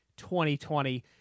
2020